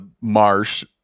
marsh